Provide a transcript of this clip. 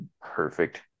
perfect